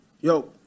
Yo